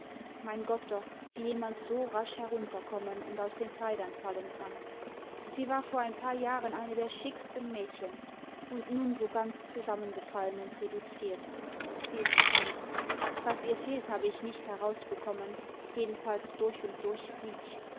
mein gott doch wie jemand so rasch herunterkommen und aus den kleidern fallen kann sie war vor ein paar jahren eine der schickesten mädchen und nun so ganz zusammengefallen und reduziert sie ist krank was ihr fehlte habe ich nicht herausbekommen jedenfalls durch und durch siech